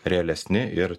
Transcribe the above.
realesni ir